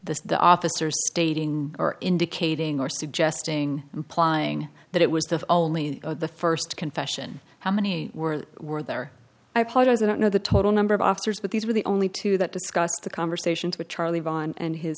the the officers stating or indicating or suggesting applying that it was the only the st confession how many were were there i apologize i don't know the total number of officers but these were the only two that discussed the conversations with charlie vaughn and his